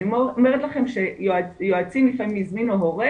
אני אומרת לכם שיועצים לפעמים הזמינו הורה